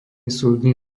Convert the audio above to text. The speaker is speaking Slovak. súdny